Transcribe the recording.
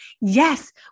Yes